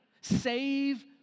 save